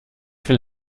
viel